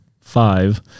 five